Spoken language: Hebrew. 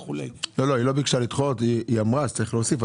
וכו' --- היא לא ביקשה לדחות; היא אמרה שצריך להוסיף.